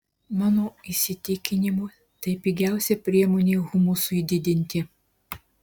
mano įsitikinimu tai pigiausia priemonė humusui didinti